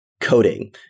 coding